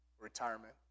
retirement